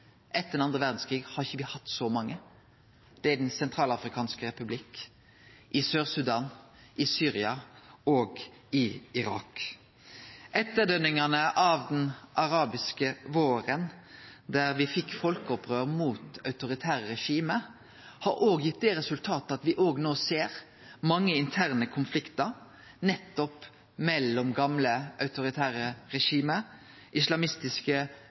andre verdskrigen har me ikkje hatt så mange. Det er Den sentralafrikanske republikk, i Sør-Sudan, i Syria og i Irak. Etterdønningane av den arabiske våren, der me fekk folkeopprør mot autoritære regime, har òg gitt det resultatet at me no ser mange interne konfliktar nettopp mellom gamle autoritære regime, islamistiske